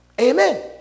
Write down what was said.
Amen